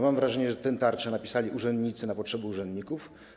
Mam wrażenie, że tę tarczę napisali urzędnicy na potrzeby urzędników.